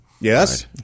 Yes